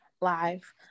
live